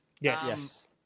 yes